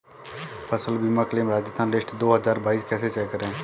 फसल बीमा claim Rajasthan list दो हज़ार बाईस कैसे चेक करें?